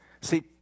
See